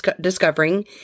discovering